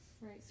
Right